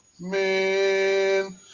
man